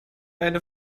eine